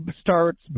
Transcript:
starts